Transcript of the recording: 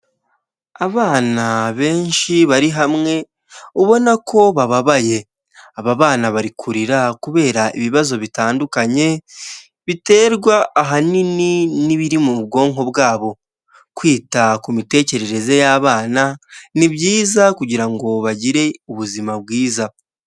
Abana benshi bari hamwe ubona ko bababaye aba bana bari kurira kubera ibibazo bitandukanye biterwa ahanini n'ibiri mu bwonko bwabo kwita ku mitekerereze y'abana nibyiza kugira ngo bagire ubuzima bwiza.